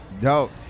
Dope